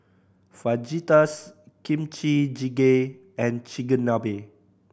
Fajitas Kimchi Jjigae and Chigenabe